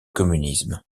communisme